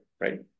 right